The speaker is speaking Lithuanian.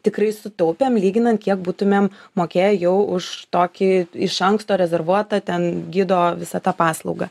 tikrai sutaupėm lyginant kiek būtumėm mokėję jau už tokį iš anksto rezervuotą ten gido visą tą paslaugą